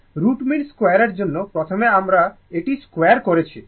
root mean 2 মান এর জন্য প্রথমে আমরা এটি স্কোয়ার করছি 2